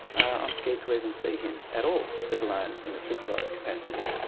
i'm scared to even see him at all, let alone in a supervised capacity.